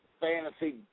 fantasy